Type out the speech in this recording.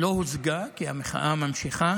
לא הושגה, כי המחאה נמשכת.